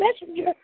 messenger